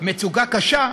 מצוקה קשה,